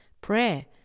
prayer